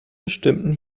bestimmten